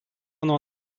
nuo